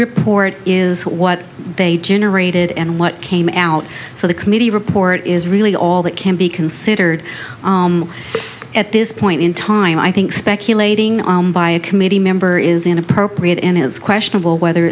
report is what they did and what came out so the committee report is really all that can be considered at this point in time i think speculating by a committee member is inappropriate and it's questionable whether